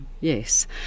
Yes